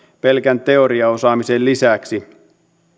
pelkän teoriaosaamisen lisäksi